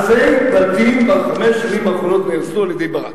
אלפי בתים בחמש השנים האחרונות נהרסו על-ידי ברק.